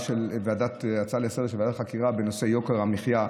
לסדר-היום של ועדת החקירה בנושא יוקר המחיה.